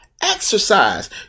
exercise